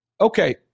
Okay